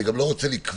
אני גם לא רוצה לקבוע.